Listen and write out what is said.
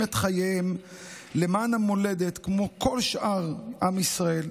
את חייהם למען המולדת כמו כל שאר עם ישראל,